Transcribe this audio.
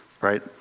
Right